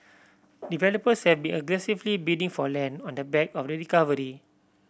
developers have been aggressively bidding for land on the back of the recovery